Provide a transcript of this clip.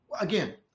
again